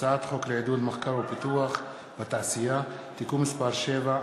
הצעת חוק לעידוד מחקר ופיתוח בתעשייה (תיקון מס' 7),